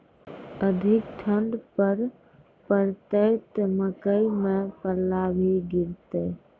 अधिक ठंड पर पड़तैत मकई मां पल्ला भी गिरते?